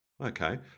Okay